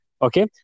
Okay